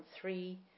three